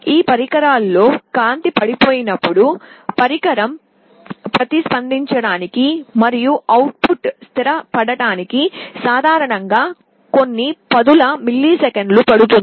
ఈ పరికరాల్లో కాంతి పడిపోయినప్పుడు పరికరం ప్రతిస్పందించడానికి పదుల మిల్లీసెకన్ల క్రమాన్ని మరియు అవుట్పుట్ స్థిరపడటానికి ఇది సాధారణంగా పడుతుంది